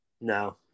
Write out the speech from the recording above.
No